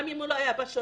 גם אם הוא לא היה בשואה.